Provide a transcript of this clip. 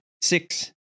six